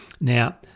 Now